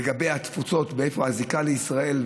לגבי התפוצות והזיקה לישראל,